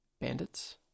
Bandits